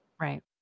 Right